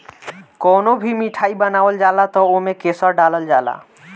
कवनो भी मिठाई बनावल जाला तअ ओमे केसर डालल जाला